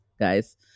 guys